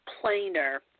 plainer